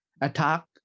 attack